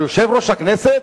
אבל יושב-ראש הכנסת?